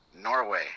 Norway